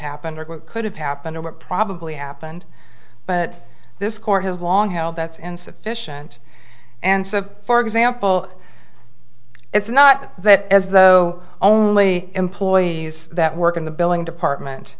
happened or what could have happened or what probably happened but this court has long held that's insufficient and so for example it's not that as though only employees that work in the billing department